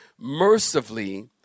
mercifully